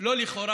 לא לכאורה,